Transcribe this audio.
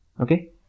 okay